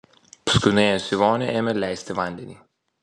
paskui nuėjusi į vonią ėmė leisti vandenį